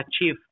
achieve